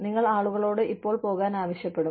നിങ്ങൾ ആളുകളോട് ഇപ്പോൾ പോകാൻ ആവശ്യപ്പെടും